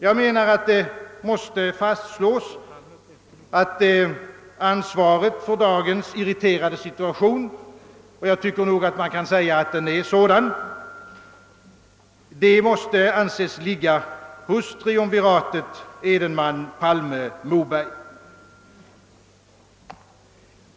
Jag menar att det måste fastslås att ansvaret för dagens irriterande situation — jag tycker man kan säga att den är sådan — får anses ligga hos triumviratet Edenman—Palme-—Moberg.